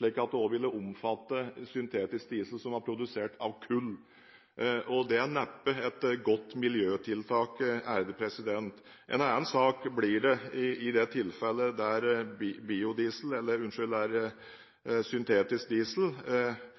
slik at det også ville omfatte syntetisk diesel produsert av kull. Det er neppe et godt miljøtiltak. En annen sak blir det i det tilfellet der syntetisk diesel kan bli produsert fra fornybare ressurser eller fornybare råvarer, f.eks. biogass, skogsavfall, mv. Til slutt: Norge er